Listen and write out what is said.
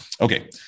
okay